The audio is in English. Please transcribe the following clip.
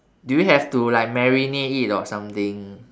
do you have to like marinate it or something